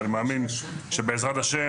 ואני מאמין שבעזרת ה',